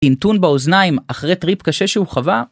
אינטון באוזניים אחרי טריפ קשה שהוא חווה?